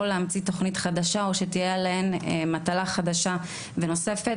להמציא תכנית חדשה או שתהיה עליהן מטלה חדשה ונוספת.